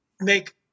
make